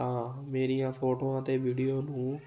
ਤਾਂ ਮੇਰੀਆਂ ਫੋਟੋਆਂ ਅਤੇ ਵੀਡੀਓ ਨੂੰ